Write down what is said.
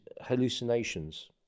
hallucinations